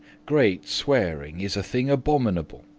great swearing is a thing abominable,